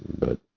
but